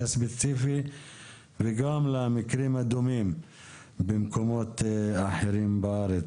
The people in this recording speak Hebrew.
הספציפי וגם למקרים דומים במקומות אחרים בארץ.